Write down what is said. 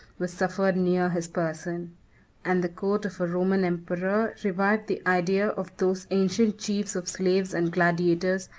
was suffered near his person and the court of a roman emperor revived the idea of those ancient chiefs of slaves and gladiators,